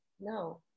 No